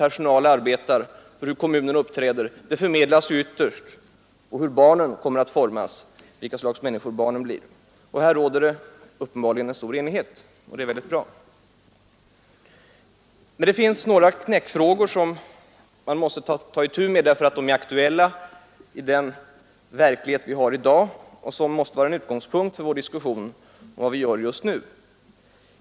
Detta är viktigt också därför att de vuxnas arbetsformer påverkar vilket slags människor barnen formas till. Men det finns några knäckfrågor som man måste ta itu med därför att de är aktuella i den verklighet som vi har i dag och som måste vara utgångspunkten för vår diskussion och vad vi gör just nu.